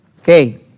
Okay